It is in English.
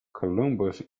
columbus